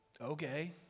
Okay